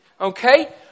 Okay